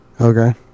Okay